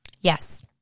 yes